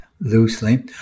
loosely